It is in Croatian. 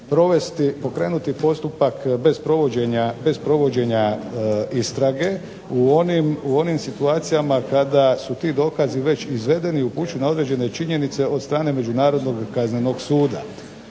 pokrenuti postupak bez provođenja istrage u onim situacijama kada su ti dokazi već izvedeni, i upućuju na određene činjenice od strane međunarodnog kaznenog suda.